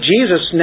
Jesus